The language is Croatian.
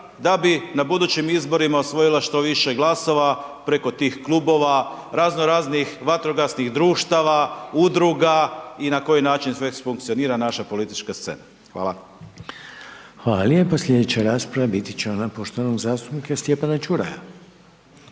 da bi na budućim izborima osvojila što više glasova preko tih klubova, razno raznih vatrogasnih društava, udruga i na koji način sve već funkcionira naša politička scena. Hvala. **Reiner, Željko (HDZ)** Hvala lijepo. Sljedeća rasprava biti će ona poštovanoga zastupnika Stjepana Čuraja.